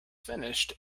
finished